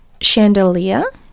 Chandelier